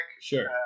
Sure